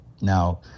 now